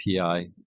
API